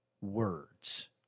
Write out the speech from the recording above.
words